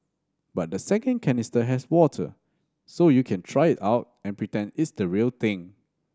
but the second canister has water so you can try it out and pretend it's the real thing